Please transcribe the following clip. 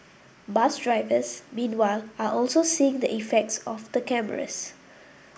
bus drivers meanwhile are also seeing the effects of the cameras